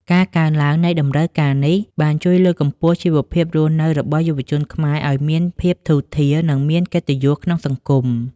ការកើនឡើងនៃតម្រូវការនេះបានជួយលើកកម្ពស់ជីវភាពរស់នៅរបស់យុវជនខ្មែរឱ្យមានភាពធូរធារ និងមានកិត្តិយសក្នុងសង្គម។